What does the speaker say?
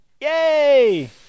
Yay